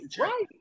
right